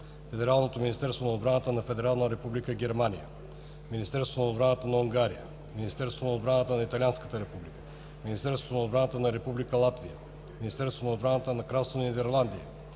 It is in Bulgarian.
Федералното министерство на отбраната на Федерална Република Германия, Министерството на отбраната на Унгария, Министерството на отбраната на Италианската Република, Министерството на отбраната на Република Латвия, Министерството на отбраната на Кралство Нидерландия,